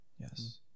yes